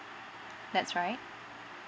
that's right